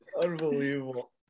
unbelievable